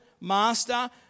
master